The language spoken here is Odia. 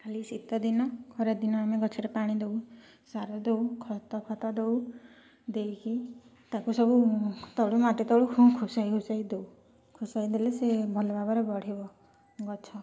ଖାଲି ଶୀତଦିନ ଖରାଦିନ ଆମେ ଗଛରେ ପାଣି ଦେଉ ସାର ଦେଉ ଖତଫତ ଦେଉ ଦେଇକି ତାକୁ ସବୁ ତଳୁ ମାଟି ତଳୁକୁ ଖୁସାଇ ଖୁସାଇ ଦଉ ଖୁସାଇ ଦେଲେ ସେ ଭଲ ଭାବରେ ବଢ଼ିବ ଗଛ